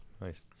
Nice